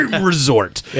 resort